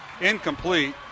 Incomplete